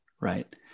Right